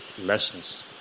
lessons